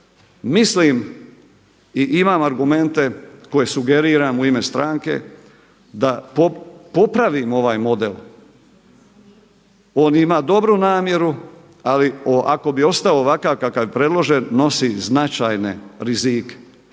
mislim i imam argumente koje sugeriram u ime stranke da popravimo ovaj model, on ima dobru namjeru ali ako bi ostao ovakav kako je predložen, nosi značajne rizike.